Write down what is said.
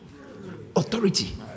authority